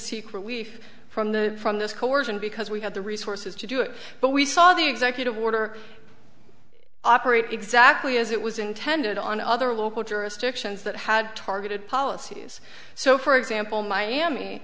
seek relief from the from this coercion because we have the resources to do it but we saw the executive order operate exactly as it was intended on other local jurisdictions that had targeted policies so for example miami